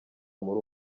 muri